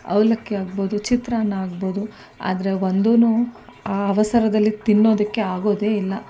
ಅವಲಕ್ಕಿ ಆಗ್ಬೋದು ಚಿತ್ರಾನ್ನ ಆಗ್ಬೋದು ಆದರೆ ಒಂದೂ ಆ ಅವಸರದಲ್ಲಿ ತಿನ್ನೋದಕ್ಕೆ ಆಗೋದೇ ಇಲ್ಲ